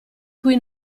cui